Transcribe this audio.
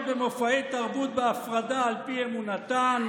במופעי תרבות בהפרדה על פי אמונתן?